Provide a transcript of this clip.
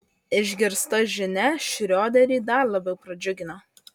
išgirsta žinia šrioderį dar labiau pradžiugino